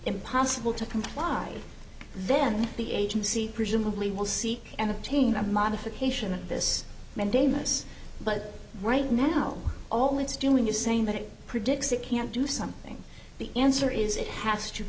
impossible to comply then the agency presumably will seek and obtain a modification of this mandamus but right now all it's doing is saying that it predicts it can't do something the answer is it has to